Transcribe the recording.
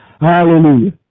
Hallelujah